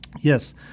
Yes